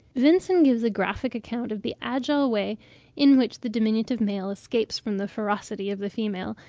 vinson gives a graphic account of the agile way in which the diminutive male escapes from the ferocity of the female,